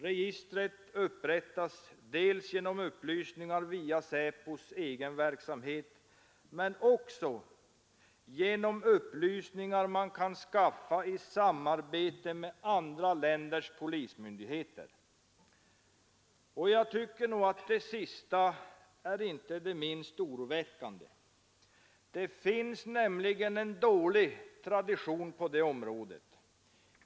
Registret upprättas dels genom upplysningar via SÄPO:s egen verksamhet men också genom upplysningar som man kan skaffa i samarbete med andra länders polismyndigheter. Jag tycker att det sista är det inte minst oroväckande. Det finns nämligen en dålig tradition på det området.